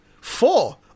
Four